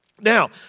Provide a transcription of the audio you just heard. Now